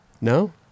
No